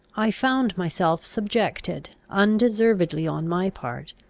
i found myself subjected, undeservedly on my part,